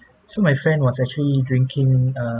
so my friend was actually drinking err